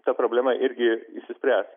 ta problema irgi išsispręs